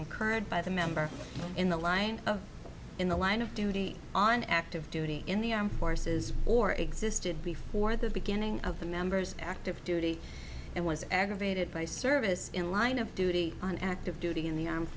incurred by the member in the line of in the line of duty on active duty in the armed forces or existed before the beginning of the members active duty and was aggravated by service in line of duty on active duty in the armed